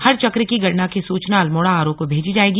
हर चक्र की गणना की सूचना अल्मोड़ा आरओ को भेजी जाएगी